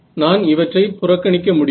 நான் இவற்றை புறக்கணிக்க முடியும்